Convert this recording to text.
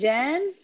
Jen